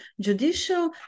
judicial